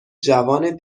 جوان